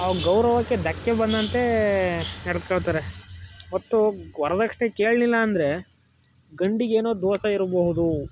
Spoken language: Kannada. ಆ ಗೌರವಕ್ಕೆ ಧಕ್ಕೆ ಬಂದಂತೇ ನಡೆದ್ಕೊಳ್ತರೆ ಮತ್ತು ವರ್ದಕ್ಷಿಣೆ ಕೇಳಿಲ್ಲ ಅಂದರೆ ಗಂಡಿಗೇನೊ ದೋಷ ಇರಬಹುದು